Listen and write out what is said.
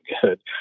good